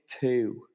two